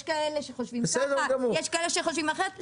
יש מי שחושבים כך ויש מי שחושבים אחרת.